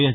yes